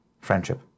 Friendship